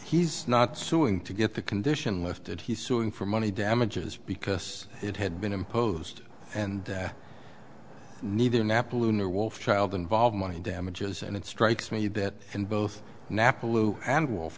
he's not suing to get the condition lifted he's suing for money damages because it had been imposed and neither nappa luna wolf child involve money damages and it strikes me that in both napa lou and wolf